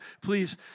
Please